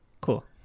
Cool